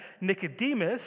Nicodemus